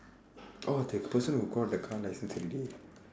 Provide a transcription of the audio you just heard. oh that person who call the car license